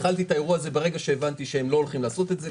התחלתי את האירוע הזה ברגע שהבנתי שהם לא הולכים לעשות את זה.